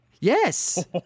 Yes